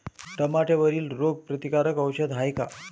टमाट्यावरील रोग प्रतीकारक औषध हाये का?